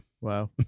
Wow